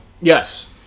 Yes